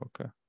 okay